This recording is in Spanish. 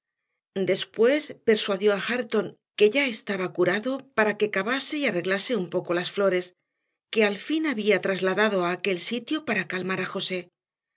después persuadió a hareton que ya estaba curado para que cavase y arreglase un poco las flores que al fin habían trasladado a aquel sitio para calmar a josé